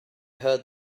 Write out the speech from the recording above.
heard